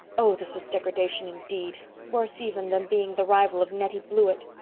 oh, this was degradation, indeed worse even than being the rival of nettie blewett!